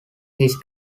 his